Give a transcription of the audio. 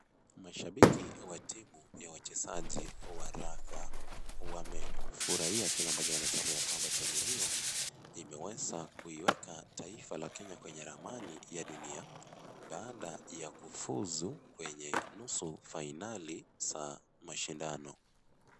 Mashabiki wa timu ya uchezaji wa raga. Wamefurahia kileambacho wanatamania kwamba timu hiyo imeweza kuiweka taifa la Kenya kwenye ramani ya dunia. Baada ya kufuzu kwenye nusu fainali za mashidano.